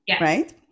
right